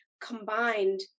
combined